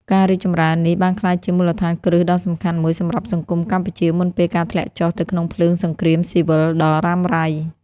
ការរីកចម្រើននេះបានក្លាយជាមូលដ្ឋានគ្រឹះដ៏សំខាន់មួយសម្រាប់សង្គមកម្ពុជាមុនពេលការធ្លាក់ចុះទៅក្នុងភ្លើងសង្គ្រាមស៊ីវិលដ៏រ៉ាំរ៉ៃ។